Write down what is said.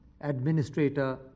administrator